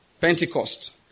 Pentecost